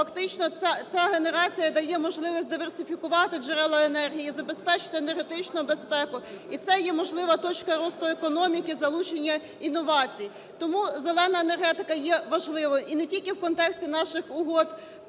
фактично ця генерація дає можливість диверсифікувати джерела енергії і забезпечити енергетичну безпеку. І це є можлива точка росту економіки, залучення інновацій. Тому "зелена" енергетика є важливою і не тільки в контексті наших угод